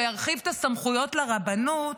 שירחיב את הסמכויות לרבנות.